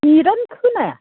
नेदानो खोनाया